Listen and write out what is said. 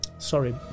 Sorry